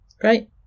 great